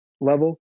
level